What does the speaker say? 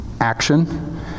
action